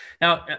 now